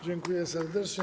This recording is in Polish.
Dziękuję serdecznie.